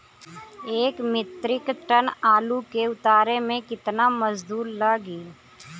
एक metric ton आलू के उतारे मे कितना मजदूर लागि?